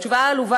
התשובה העלובה